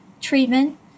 Treatment